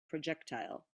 projectile